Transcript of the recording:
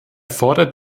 fordert